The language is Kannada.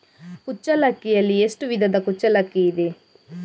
ಕುಚ್ಚಲಕ್ಕಿಯಲ್ಲಿ ಎಷ್ಟು ವಿಧದ ಕುಚ್ಚಲಕ್ಕಿ ಇದೆ?